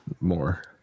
More